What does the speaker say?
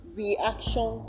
reaction